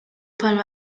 bħalma